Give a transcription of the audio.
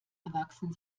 erwachsen